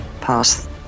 past